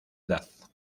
edad